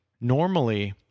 normally